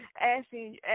asking